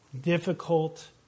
difficult